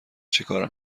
چیکاره